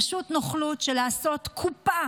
פשוט נוכלות של עשיית קופה